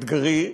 אתגרי,